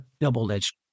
double-edged